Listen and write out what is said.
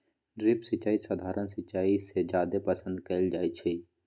drip सिंचाई सधारण सिंचाई से जादे पसंद कएल जाई छई